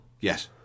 Yes